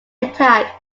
attack